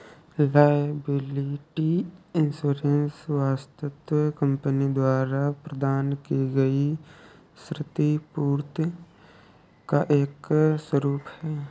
liability insurance वस्तुतः company द्वारा प्रदान की गई क्षतिपूर्ति का एक स्वरूप है